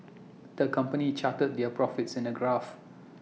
the company charted their profits in A graph